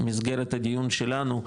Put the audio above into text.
במסגרת הדיון שלנו,